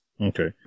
okay